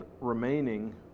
remaining